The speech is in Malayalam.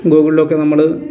ഗൂഗിളിലൊക്കെ നമ്മൾ